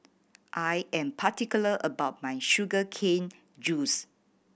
I am particular about my sugar cane juice